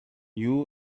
you